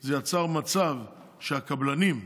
זה יצר מצב שהקבלנים,